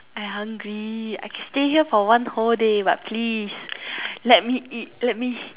I hungry I stay here for one whole day but please let me eat let me